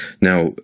now